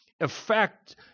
effect